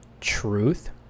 truth